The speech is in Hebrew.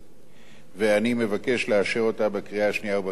ואני מבקש לאשר אותה בקריאה השנייה ובקריאה השלישית.